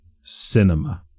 cinema